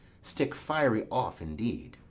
stick fiery off indeed.